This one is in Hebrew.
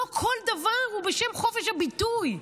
לא כל דבר הוא בשם חופש הביטוי.